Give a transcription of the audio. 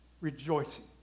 rejoicing